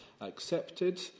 accepted